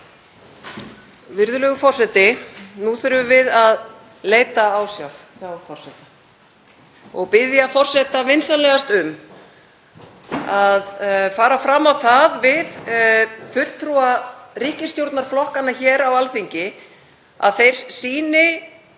Virðulegur forseti. Nú þurfum við að leita ásjár hjá forseta og biðja forseta vinsamlegast um að fara fram á það við fulltrúa ríkisstjórnarflokkanna hér á Alþingi að þeir sýni